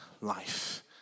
life